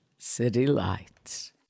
citylights